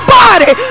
body